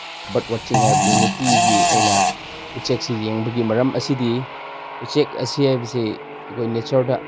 birth ꯋꯥꯁꯤꯡ ꯍꯥꯏꯕꯗꯤ ꯅꯨꯡꯇꯤꯒꯤ ꯑꯩꯅ ꯎꯆꯦꯛꯁꯤ ꯌꯦꯡꯕꯒꯤ ꯃꯔꯝ ꯑꯁꯤꯗꯤ ꯎꯆꯦꯛ ꯑꯁꯤ ꯍꯥꯏꯕꯁꯤ ꯑꯩꯈꯣꯏ ꯅꯦꯆꯔꯗ